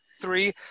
three